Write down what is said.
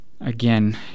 again